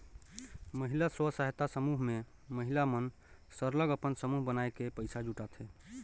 महिला स्व सहायता समूह में महिला मन सरलग अपन समूह बनाए के पइसा जुटाथें